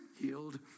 healed